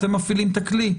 אתם מפעילים את הכלי,